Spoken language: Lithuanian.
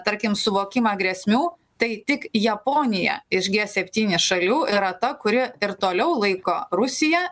tarkim suvokimą grėsmių tai tik japoniją iš g septyni šalių yra ta kuri ir toliau laiko rusiją